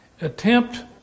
attempt